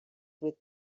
with